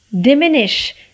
diminish